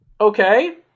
Okay